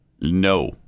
No